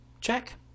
Check